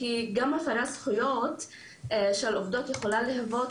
כי גם הפרת זכויות של עובדות יכולה להוות